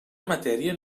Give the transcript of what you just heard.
matèria